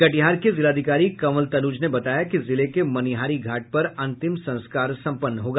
कटिहार के जिलाधिकारी कंवल तनुज ने बताया कि जिले के मनिहारी घाट पर अंतिम संस्कार संपन्न होगा